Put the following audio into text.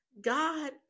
God